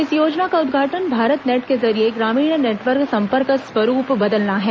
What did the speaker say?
इस योजना का उद्देश्य भारतनेट के जरिए ग्रामीण इंटरनेट संपर्क का स्वरूप बदलना है